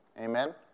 Amen